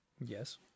Yes